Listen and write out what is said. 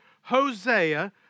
Hosea